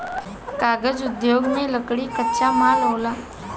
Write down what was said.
कागज़ उद्योग में लकड़ी कच्चा माल होला